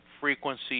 frequency